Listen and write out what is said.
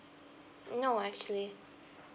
no actually